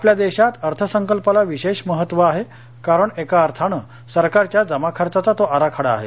आपल्या देशात अर्थसंकल्पाला विशेष महत्व आहे कारण एका अर्थाने सरकारच्या जमा खर्चाचा तो आराखडा आहे